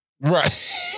right